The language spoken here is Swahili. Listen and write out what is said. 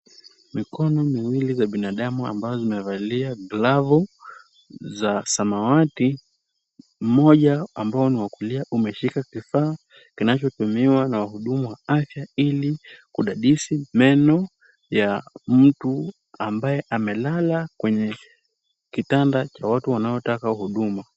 Mikono miwili za binadamu ambazo zimevalia glavu za samawati. Mmoja ambao ni wa kulia umeshika kifaa kinachotumiwa na wahudumu wa afya ili kudadisi meno ya mtu ambaye amelala kwenye kitanda cha watu wanaotaka huduma.